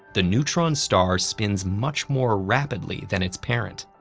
the neutron star spins much more rapidly than its parent.